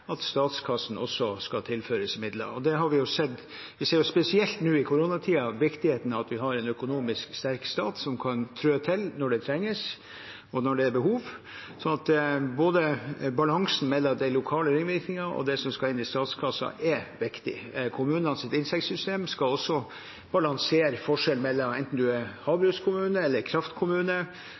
at statskassen også skal tilføres midler. Vi ser spesielt nå i koronatiden viktigheten av at vi har en økonomisk sterk stat som kan trå til når det trengs, og når det er behov. Balansen mellom lokale ringvirkninger og det som skal inn i statskassen, er viktig. Kommunenes inntektssystem skal også balansere forskjellene, enten man er havbrukskommune eller kraftkommune.